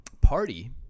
party